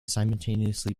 simultaneously